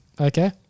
Okay